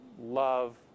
love